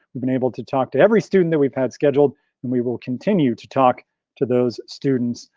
we've been able to talk to every student that we've had scheduled and we will continue to talk to those students.